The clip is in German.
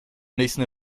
nächsten